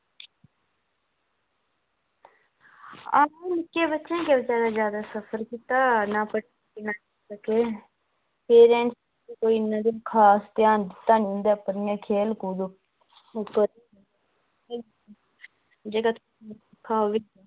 आं निक्के बच्चें जादा सफर कीता ते पेरेंट्स नै इन्ना खास ध्यान दित्ता नेईं इंदे उप्पर एह् खेल कूद करदे रेह्